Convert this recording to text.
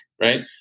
right